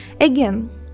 Again